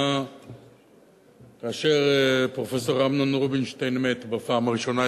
היה כאשר פרופסור אמנון רובינשטיין מת בפעם הראשונה,